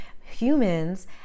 humans